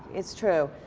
it's true.